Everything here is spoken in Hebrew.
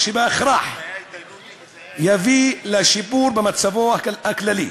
שבהכרח יביא לשיפור במצבו הכללי.